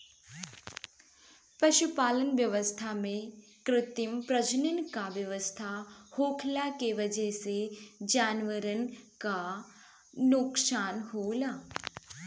पशुपालन व्यवस्था में कृत्रिम प्रजनन क व्यवस्था होखला के वजह से जानवरन क नोकसान होला